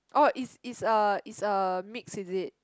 orh is is a is a mix is it